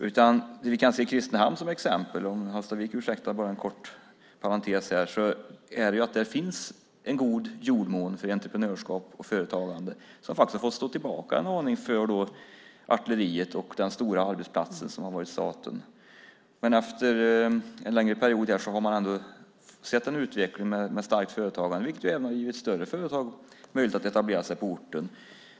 Om Hallstavik ursäktar en stund kan vi i Kristinehamn se att det finns en god jordmån för entreprenörskap och företagande. Det har faktiskt fått stå tillbaka en aning för artilleriet och den stora arbetsplatsen staten. Efter en längre period har man sett en utveckling med ett starkt företagande. Det har även gett större företag möjlighet att etablera sig på orten.